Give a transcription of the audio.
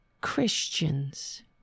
Christians